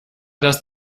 das